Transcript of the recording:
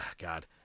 God